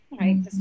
right